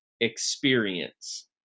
experience